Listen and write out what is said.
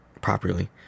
properly